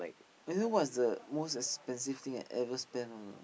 you now what's the most expensive thing I ever spend on or not